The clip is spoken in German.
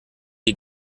die